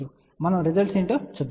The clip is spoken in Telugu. కాబట్టి మనం రిజల్ట్స్ చూద్దాం